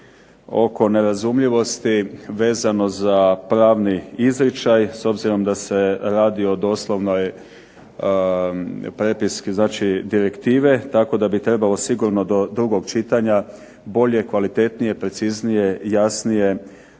oko nerazumljivosti vezano za pravni izričaj, s obzirom da se radi o doslovnoj prepiski znači direktive tako da bi trebalo sigurno do drugog čitanja bolje, kvalitetnije, preciznije, jasnije